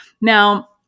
Now